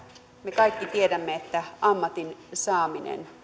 me kaikki tiedämme että ammatin saaminen